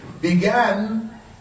began